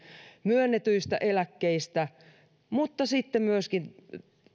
myönnetyistä eläkkeistä ja sitten